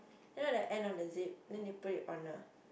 then it like end of the zip then they put it on a